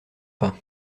pas